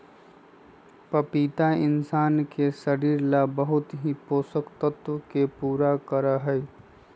पपीता इंशान के शरीर ला बहुत से पोषक तत्व के पूरा करा हई